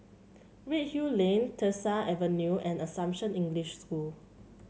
Redhill Lane Tyersall Avenue and Assumption English School